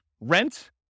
rent